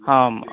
हाम्